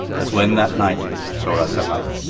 as when that night saw us alight.